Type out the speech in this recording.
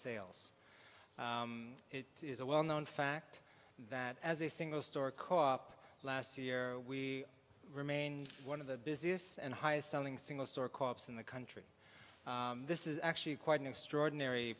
sales it is a well known fact that as a single store caught up last year we remain one of the busiest and highest selling single store corp's in the country this is actually quite an extraordinary